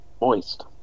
Moist